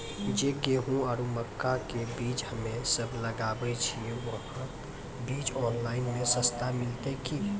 जे गेहूँ आरु मक्का के बीज हमे सब लगावे छिये वहा बीज ऑनलाइन मे सस्ता मिलते की?